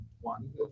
one